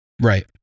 Right